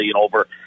over